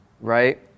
right